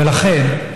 ולכן,